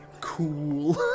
cool